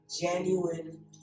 genuine